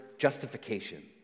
justification